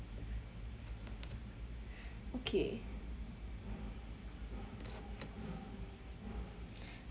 okay